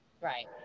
right